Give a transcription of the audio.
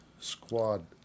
Squad